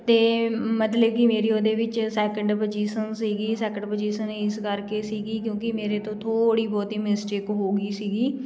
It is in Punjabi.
ਅਤੇ ਮਤਲਬ ਕਿ ਮੇਰੀ ਉਹਦੇ ਵਿੱਚ ਸੈਕਿੰਡ ਪੋਜੀਸਨ ਸੀਗੀ ਸੈਕਿੰਡ ਪੋਜੀਸਨ ਇਸ ਕਰਕੇ ਸੀਗੀ ਕਿਉਂਕਿ ਮੇਰੇ ਤੋਂ ਥੋੜ੍ਹੀ ਬਹੁਤ ਮਿਸਟੇਕ ਹੋ ਗਈ ਸੀਗੀ